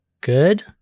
good